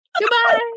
Goodbye